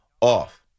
off